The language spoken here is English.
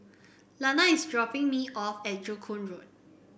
Lana is dropping me off at Joo Koon Road